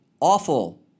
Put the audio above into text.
awful